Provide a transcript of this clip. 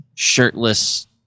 Shirtless